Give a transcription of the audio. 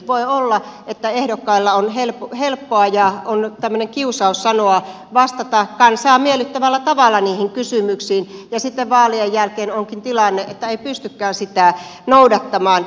voi olla että ehdokkaille on helppoa ja heillä on tämmöinen kiusaus vastata kansaa miellyttävällä tavalla niihin kysymyksiin ja sitten vaalien jälkeen onkin tilanne että ei pystykään sitä noudattamaan